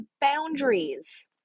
boundaries